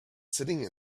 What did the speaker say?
sitting